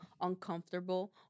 uncomfortable